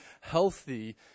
healthy